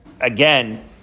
again